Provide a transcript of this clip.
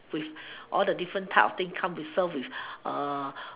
with all the different type of thing come to serve with